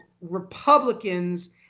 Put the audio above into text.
Republicans